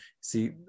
See